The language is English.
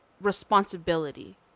responsibility